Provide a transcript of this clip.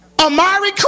Amari